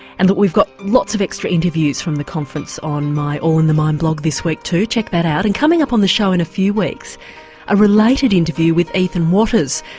and we've got lots of extra interviews from the conference on my all in the mind blog this week too check that out. and coming up on the show in a few weeks a related interview with ethan watters,